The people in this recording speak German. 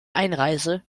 einreise